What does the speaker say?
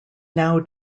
now